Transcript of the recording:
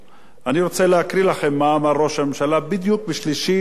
אני רוצה להקריא לכם מה אמר ראש הממשלה בדיוק ב-3 ביולי,